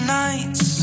nights